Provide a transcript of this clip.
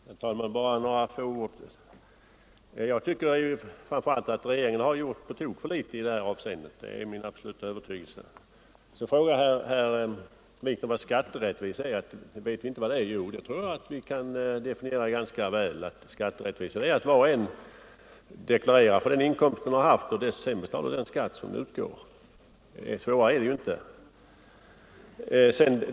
Herr talman! Bara några få ord. Jag tycker att regeringen har gjort på tok för litet i detta avseende — det är min bestämda övertygelse. Herr Wikner säger att vi inte vet vad skatterättvisa är. Jo, det tror jag vi kan definiera ganska väl. Skatterättvisa är att var och en deklarerar för den inkomst han har haft och sedan betalar den skatt som utgår. Svårare är det inte.